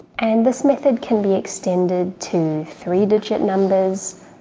and this method can be extended to three digit numbers,